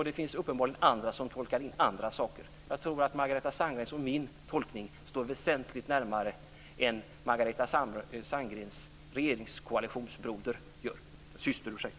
Det finns uppenbarligen andra som tolkar in andra saker. Jag tror att Margareta Sandgrens och min tolkning står väsentligt närmare varandra än Margareta Sandgrens och hennes regeringskoalitionssysters gör.